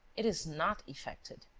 it is not effected.